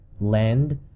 land